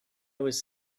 was